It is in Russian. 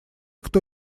кто